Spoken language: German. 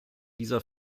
dieser